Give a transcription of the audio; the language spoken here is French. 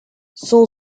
son